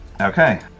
Okay